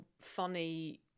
funny